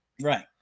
right